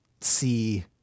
see